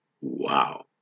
Wow